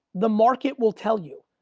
the market will tell you.